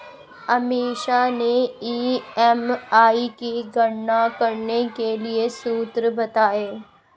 अमीषा ने ई.एम.आई की गणना करने के लिए सूत्र बताए